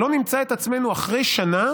שלא נמצא את עצמנו שאחרי שנה